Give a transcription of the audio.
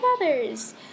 others